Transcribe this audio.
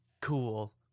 Cool